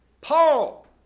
Paul